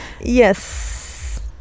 yes